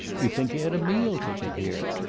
you'd think he had a meal ticket here.